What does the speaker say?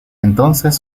entonces